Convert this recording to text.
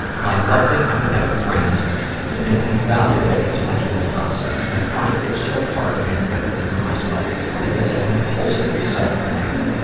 my lovely, empathetic friends have been invaluable to my healing process. i find it so hard to have empathy for myself because i compulsively self-blame.